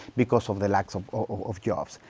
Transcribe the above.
because of the lack so of, of, of jobs,